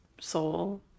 soul